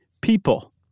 people